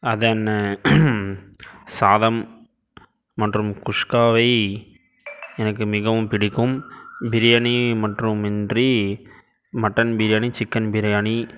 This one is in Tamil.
அதன் சாதம் மற்றும் குஸ்காவை எனக்கு மிகவும் பிடிக்கும் பிரியாணி மற்றுமின்றி மட்டன் பிரியாணி சிக்கன் பிரியாணி